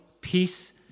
peace